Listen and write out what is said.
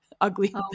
ugly